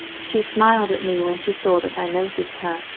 she smiled at me when she saw that i noticed her,